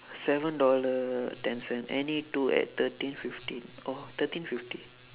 seven dollar ten cent any two at thirteen fifty oh thirteen fifty